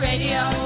Radio